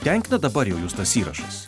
tenkina dabar jau jus tas įrašas